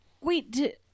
wait